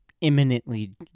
imminently